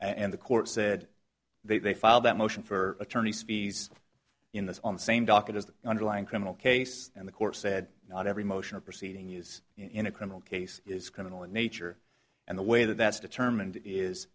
and the court said they filed that motion for attorney's fees in this on the same docket as the underlying criminal case and the court said not every motion of proceeding is in a criminal case is criminal in nature and the way that's determined is